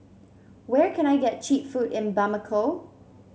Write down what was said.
where can I get cheap food in Bamako